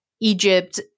Egypt